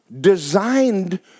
designed